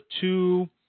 two